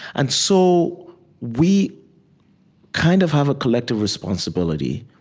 and so we kind of have a collective responsibility